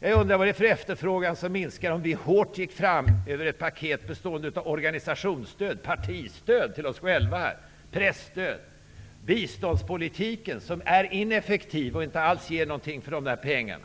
Vad är det för efterfrågan som minskar om vi hårt går fram över ett paket bestående av organisationsstödet, partistödet till oss själva, presstödet, biståndspolitiken, som är ineffektiv och inte ger någonting alls för pengarna,